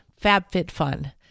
FabFitFun